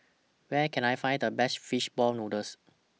Where Can I Find The Best Fish Ball Noodles